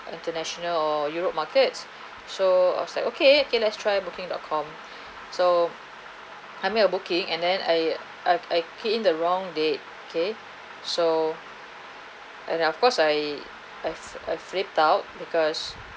international europe markets so I was like okay okay let's try booking dot com so I made a booking and then I I I key in the wrong date okay so and of course I I I flipped out because